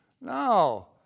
No